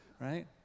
Right